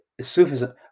Sufism